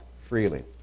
freely